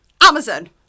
Amazon